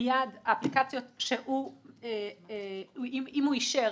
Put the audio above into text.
מיד האפליקציות אם הוא אישר